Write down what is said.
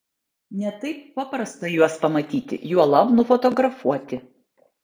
ne taip paprasta juos pamatyti juolab nufotografuoti